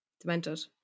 Demented